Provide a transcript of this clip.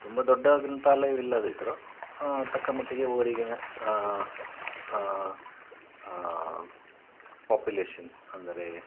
ತುಂಬ ದೊಡ್ಡ ಗ್ರಂಥಾಲಯವಿಲ್ಲದಿದ್ದರೂ ತಕ್ಕ ಮಟ್ಟಿಗೆ ಊರಿಗೆ ಸಾ ಪಾಪ್ಯುಲೇಷನ್ ಅಂದರೆ